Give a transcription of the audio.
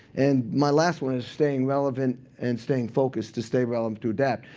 and my last one is staying relevant and staying focused to stay relevant to adapt.